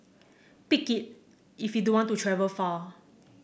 pick it if you don't want to travel far